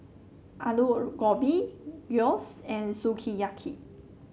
Alu Gobi Gyros and Sukiyaki